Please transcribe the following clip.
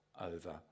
over